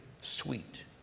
sweet